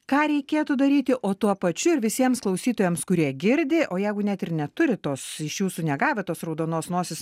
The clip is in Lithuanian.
ką reikėtų daryti o tuo pačiu ir visiems klausytojams kurie girdi o jeigu net ir neturi tos iš jūsų negavę tos raudonos nosies